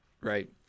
Right